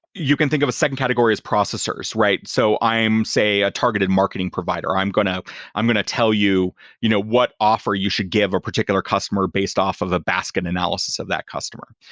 you can think of a second category as processors, right? so i'm, say, a targeted marketing provider. i'm going ah i'm going tell you you know what offer you should give a particular customer based off of the basket and analysis of that customer.